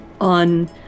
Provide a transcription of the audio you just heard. on